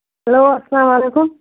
hello السلام علیکُم